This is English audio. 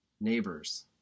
neighbors